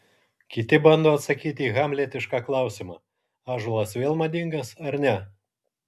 kiti bando atsakyti į hamletišką klausimą ąžuolas vėl madingas ar ne